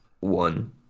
one